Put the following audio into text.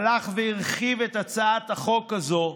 הלך והרחיב את הצעת החוק הזו,